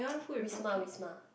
Wisma Wisma